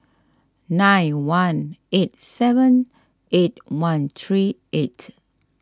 nine one eight seven eight one three eight